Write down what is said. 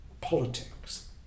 politics